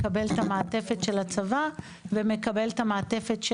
מקבל את המעטפת של הצבא ומקבל את המעטפת שלנו.